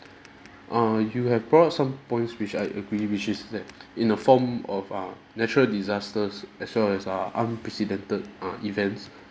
err you have brought some points which I agree which is that in a form of err natural disasters as well as uh unprecedented err events